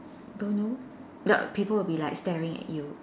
don't know people will be like staring at you